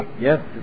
Yes